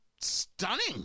stunning